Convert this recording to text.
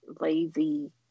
lazy